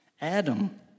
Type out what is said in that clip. Adam